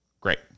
Great